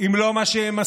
אם לא מה שהם עשו,